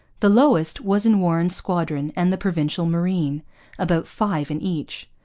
the lowest was in warren's squadron and the provincial marine about five in each.